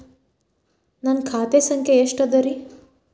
ನನ್ನ ಖಾತೆ ಸಂಖ್ಯೆ ಎಷ್ಟ ಅದರಿ?